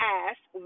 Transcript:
asked